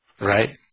Right